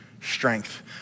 strength